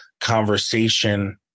conversation